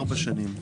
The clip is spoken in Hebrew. ארבע שנים.